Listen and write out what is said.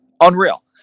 Unreal